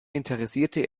interessierte